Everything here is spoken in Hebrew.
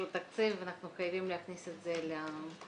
התקציב אנחנו חייבים להכניס את זה לפרק.